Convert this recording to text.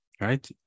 right